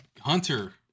Hunter